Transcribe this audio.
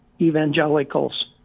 evangelicals